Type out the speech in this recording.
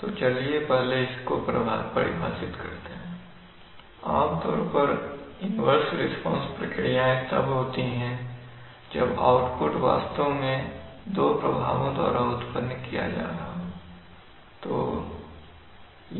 तो चलिए पहले इस को परिभाषित करते हैं आमतौर पर इन्वर्स रिस्पांस प्रक्रियाएं तब होती है जब आउटपुट वास्तव में दो प्रभावों द्वारा उत्पन्न किया जा रहा हो